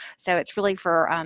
so, it's really for